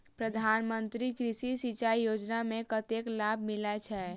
प्रधान मंत्री कृषि सिंचाई योजना मे कतेक लाभ मिलय छै?